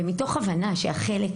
מתוך הבנה של חשיבות החלק